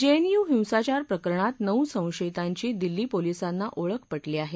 जेवियू हिंसाचार प्रकरणात नऊ संशयितांची दिल्ली पोलिसांना ओळख पाजी आहे